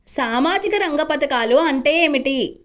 సామాజిక రంగ పధకాలు అంటే ఏమిటీ?